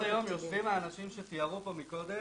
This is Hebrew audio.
בסוף היום יושבים האנשים שתיארו פה מקודם,